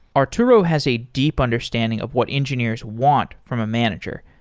arturo has a deep understanding of what engineers want from a manager,